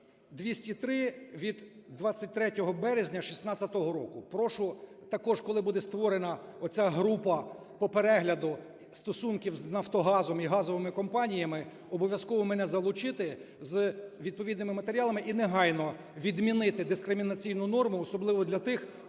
203 від 23 березня 16-го року. Прошу також, коли буде створена оця група по перегляду стосунків з "Нафтогазом" і газовими компаніями, обов'язково мене залучити з відповідними матеріалами. І негайно відмінити дискримінаційну норму, особливо для тих,